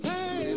Hey